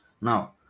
Now